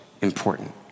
important